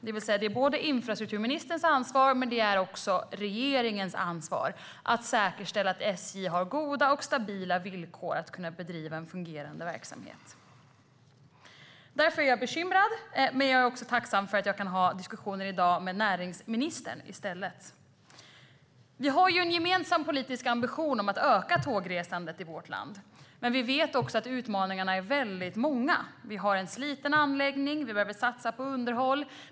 Det är både infrastrukturministerns ansvar och regeringens ansvar att säkerställa att SJ har goda och stabila villkor för att kunna bedriva en fungerande verksamhet. Därför är jag bekymrad, men jag är också tacksam för att jag i dag kan ha diskussioner med näringsministern i stället. Vi har en gemensam politisk ambition om att öka tågresandet i vårt land. Men vi vet också att utmaningarna är många. Vi har en sliten anläggning. Vi behöver satsa på underhåll.